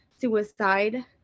suicide